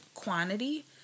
Quantity